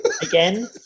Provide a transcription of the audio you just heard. Again